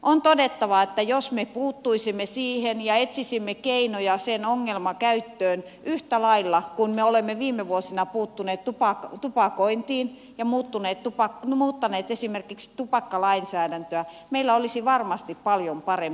on todettava että jos me puuttuisimme siihen ja etsisimme keinoja sen ongelmakäyttöön yhtä lailla kuin me olemme viime vuosina puuttuneet tupakointiin ja muuttaneet esimerkiksi tupakkalainsäädäntöä meillä olisi varmasti paljon parempi tilanne